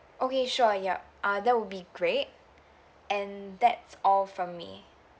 okay sure yup uh that will be great and that's all from me